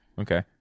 okay